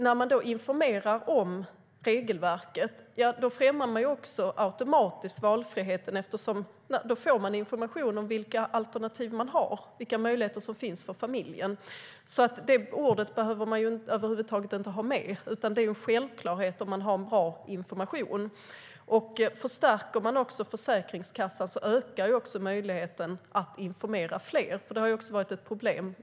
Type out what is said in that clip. När man informerar om regelverket främjar man automatiskt valfrihet eftersom det framkommer information om vilka alternativ som finns för familjen. Det ordet behöver över huvud taget inte finnas med utan det är en självklarhet om det finns bra information. Om Försäkringskassan förstärks ökar möjligheten att informera fler. En pressad organisation har också varit ett problem.